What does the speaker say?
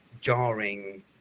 jarring